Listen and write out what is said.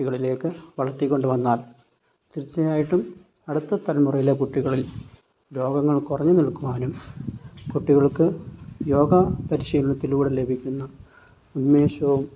കുട്ടികളിലേക്ക് വളർത്തികൊണ്ടുവന്നാൽ തീർച്ചയായിട്ടും അടുത്ത തലമുറകളിലെ കുട്ടികളിൽ രോഗങ്ങൾ കുറഞ്ഞ് നിൽക്കുവാനും കുട്ടികൾക്ക് യോഗ പരിശീലനത്തിലൂടെ ലഭിക്കുന്ന ഉന്മേഷവും